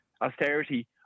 austerity